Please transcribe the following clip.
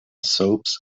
soaps